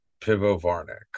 Pivovarnik